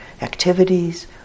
activities